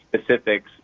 specifics